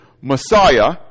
Messiah